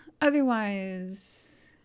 Otherwise